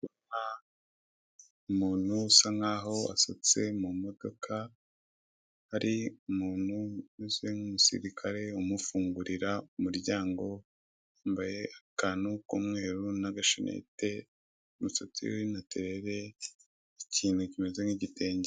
Umuntu usa nkaho usohotse mu modoka hari umuntu umeze nk'umusirikare umufungurira umuryango yambaye akantu k'umweru n'agashanete umusatsi we ni natirere ikintu kimeze nk'igitenge.